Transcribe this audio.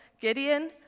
Gideon